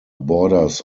borders